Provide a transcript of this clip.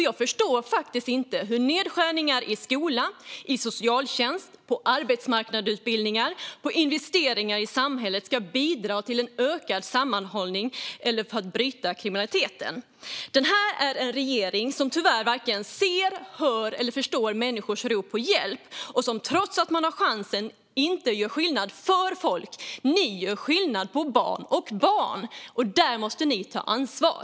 Jag förstår faktiskt inte hur nedskärningar i skola och socialtjänst och på arbetsmarknadsutbildningar och investeringar i samhället ska bidra till ökad sammanhållning eller att bryta kriminaliteten. Regeringen varken ser, hör eller förstår människors rop på hjälp. Regeringen har chansen, men gör trots det inte skillnad för folk. Ni gör skillnad på barn och barn! Där måste ni ta ansvar.